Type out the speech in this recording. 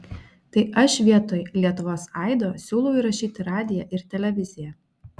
tai aš vietoj lietuvos aido siūlau įrašyti radiją ir televiziją